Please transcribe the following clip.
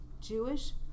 Jewish